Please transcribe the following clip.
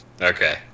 Okay